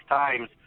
times